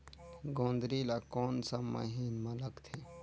जोंदरी ला कोन सा महीन मां लगथे?